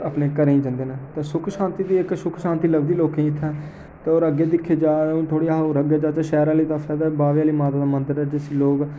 अपने घरें ई जन्दे न ते सुख शांति बी इक सुख शांति लभदी लोकें ई इ'त्थें ते होर अग्गें दिक्खे जा थोह्ड़े होर अग्गें जाचै शैह्र आह्ले पासै ते बाह्वे आह्ली माता दा मंदिर ऐ जिसी लोग